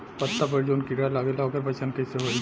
पत्ता पर जौन कीड़ा लागेला ओकर पहचान कैसे होई?